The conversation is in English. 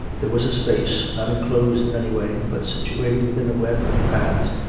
there was a space, not enclosed in any way, but situated within a web of paths,